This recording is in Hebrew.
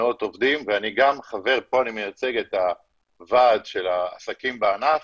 מאות עובדים ואני גם מייצג פה את הוועד של העסקים בענף,